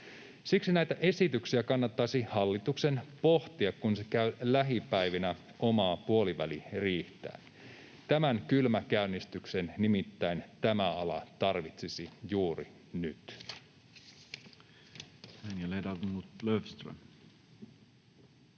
Siksi hallituksen kannattaisi pohtia näitä esityksiä, kun se käy lähipäivinä omaa puoliväliriihtään. Tämän kylmäkäynnistyksen tämä ala nimittäin tarvitsisi juuri nyt.